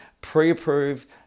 pre-approved